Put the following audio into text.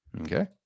Okay